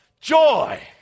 joy